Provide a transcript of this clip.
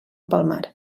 palmar